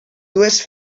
dues